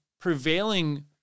prevailing